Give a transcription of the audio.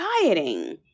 dieting